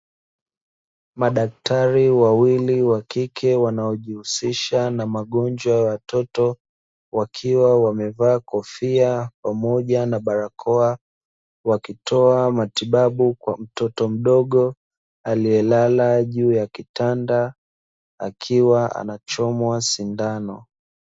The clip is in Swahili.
Madaktari wawili wa kike wanaojihusisha na magonjwa ya watoto wakiwa wamevaa kofia pamoja na barakoa, wakitoa matibabu kwa mtoto mdogo aliyelala juu ya kitanda, akiwa anachomwa sindano.